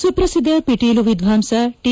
ಸುಪ್ರಸಿದ್ದ ಪಿಟೀಲು ವಿದ್ವಾಂಸ ಟಿ